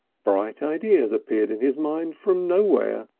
bright ideas appeared in his mind from nowhere.